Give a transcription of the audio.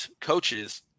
coaches